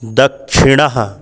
दक्षिणः